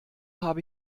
habe